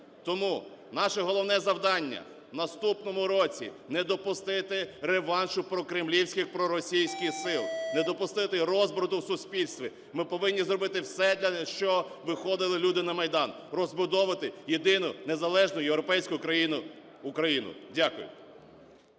Тому наше головне завдання в наступному році не допустити реваншу прокремлівських, проросійських сил, не допустити розбрату в суспільстві, ми повинні зробити все для… за що виходили люди на Майдан – розбудовувати єдину, незалежну, європейську країну – Україну. Дякую.